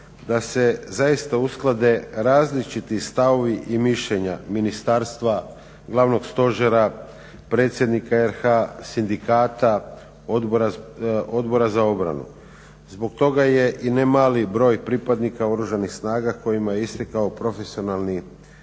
da se zaista usklade različiti stavovi i mišljenja ministarstva, Glavnog stožera, predsjednika RH, sindikata, Odbora za obranu. Zbog toga je i nemali broj pripadnika Oružanih snaga kojima je istekao profesionalni ugovor